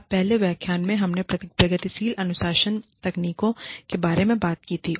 अब पिछले व्याख्यान में हमने प्रगतिशील अनुशासन तकनीकों के बारे में बात की थी